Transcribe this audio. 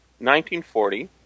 1940